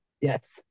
Yes